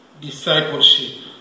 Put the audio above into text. Discipleship